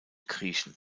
kriechen